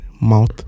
mouth